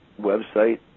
website